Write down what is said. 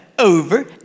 over